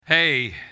Hey